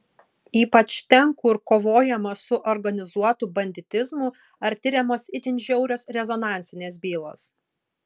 ypač ten kur kovojama su organizuotu banditizmu ar tiriamos itin žiaurios rezonansinės bylos